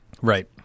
right